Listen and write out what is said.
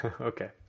Okay